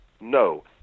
No